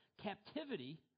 captivity